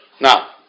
Now